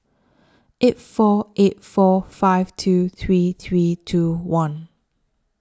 eight four eight four five two three three two one